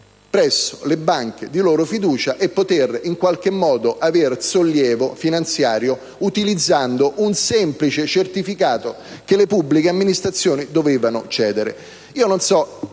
presso le banche di loro fiducia ed avere sollievo finanziario utilizzando un semplice certificato che le pubbliche amministrazioni dovevano dare. Mi dispiace